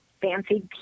fancy